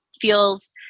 feels